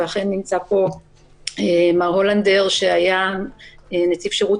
ואכן נמצא פה מר הולנדר שהיה נציב שירות